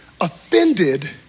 Offended